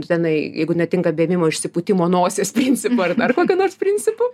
tenai jeigu netinka vemimo išsipūtimo nosies principu ar dar kokiu nors principu